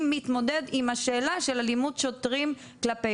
מתמודד עם השאלה של אלימות שוטרים כלפי